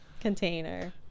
container